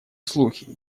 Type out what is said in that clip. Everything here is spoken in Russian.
слухи